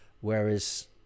whereas